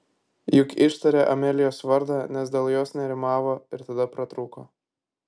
juk ištarė amelijos vardą nes dėl jos nerimavo ir tada pratrūko